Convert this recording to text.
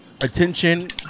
attention